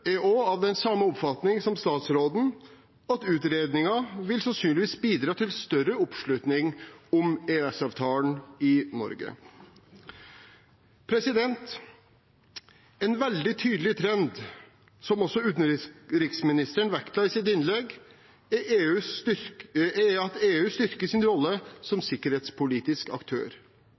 er også av samme oppfatning som statsråden, at utredningen sannsynligvis vil bidra til større oppslutning om EØS-avtalen i Norge. En veldig tydelig trend, som også utenriksministeren vektla i sitt innlegg, er at EU styrker sin rolle som sikkerhetspolitisk aktør.